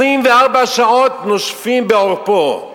24 שעות נושפים בעורפו,